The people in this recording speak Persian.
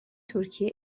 ترکیه